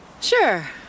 Sure